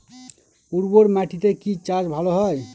উর্বর মাটিতে কি চাষ ভালো হয়?